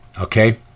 okay